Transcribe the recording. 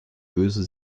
böse